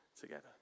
together